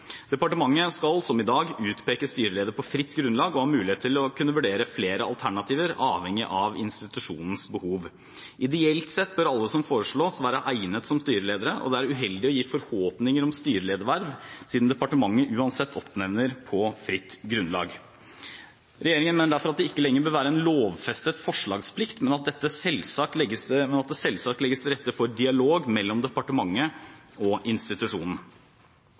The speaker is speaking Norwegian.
Departementet skal, som i dag, utpeke styreleder på fritt grunnlag og ha mulighet til å kunne vurdere flere alternativer avhengig av institusjonens behov. Ideelt sett bør alle som foreslås, være egnet som styreledere, og det er uheldig å gi forhåpninger om styrelederverv, siden departementet uansett oppnevner på fritt grunnlag. Regjeringen mener derfor at det ikke lenger bør være en lovfestet forslagsplikt, men at det selvsagt legges til rette for dialog mellom departementet og institusjonen.